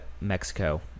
Mexico